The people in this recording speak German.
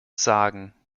sagen